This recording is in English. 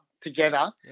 together